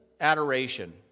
adoration